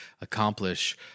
accomplish